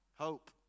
Hope